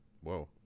whoa